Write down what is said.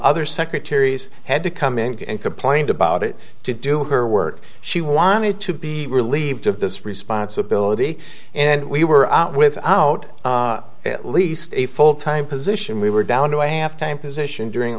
other secretaries had to come in and complained about it to do her work she wanted to be relieved of this responsibility and we were out with out at least a full time position we were down to a half time position during